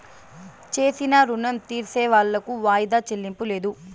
చేసిన రుణం తీర్సేవాళ్లకు వాయిదా చెల్లింపు లేదు